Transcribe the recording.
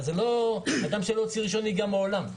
או אדם שלא הוציא רישיון מעולם,